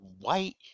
white